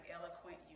eloquent